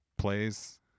Plays